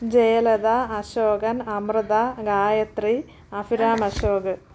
Jayalatha Ashokan Amritha Gayathri Abhiram Ashok